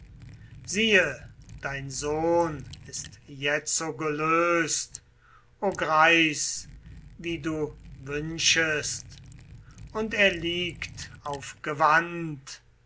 siehe dein sohn ist jetzo gelöst o greis wie du wünschest sprach's und erhub sich in